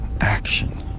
action